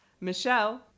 Michelle